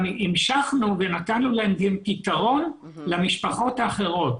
גם המשכנו ונתנו להם פתרון למשפחות האחרות.